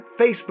Facebook